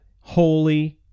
Holy